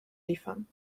liefern